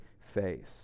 face